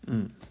mm